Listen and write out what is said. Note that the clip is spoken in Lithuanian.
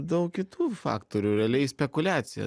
daug kitų faktorių realiai spekuliacija